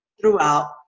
throughout